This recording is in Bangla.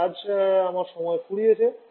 তবে আজ আমার সময় ফুরিয়েছে